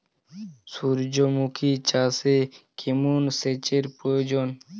সূর্যমুখি চাষে কেমন সেচের প্রয়োজন?